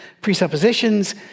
presuppositions